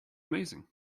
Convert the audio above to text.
amazing